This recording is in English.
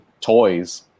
toys